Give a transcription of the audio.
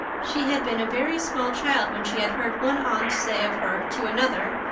she had been a very small child when she had heard one aunt say of her to another,